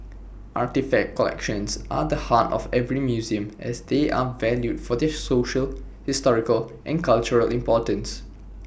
artefact collections are the heart of every museum as they are valued for their social historical and cultural importance